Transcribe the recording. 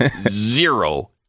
zero